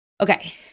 Okay